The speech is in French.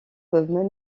peuvent